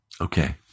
Okay